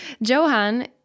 Johan